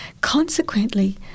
Consequently